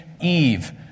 Eve